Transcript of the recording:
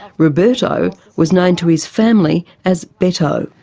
roberto was known to his family as beto.